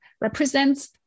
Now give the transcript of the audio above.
represents